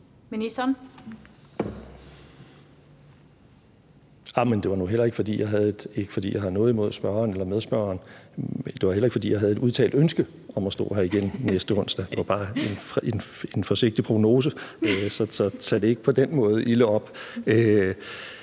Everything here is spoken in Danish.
Det var nu heller ikke, fordi jeg har noget imod spørgeren eller medspørgeren, og det var heller ikke, fordi jeg havde et udtalt ønske om at stå her igen næste onsdag – det var bare en forsigtig prognose. Så tag det ikke på den måde ilde op.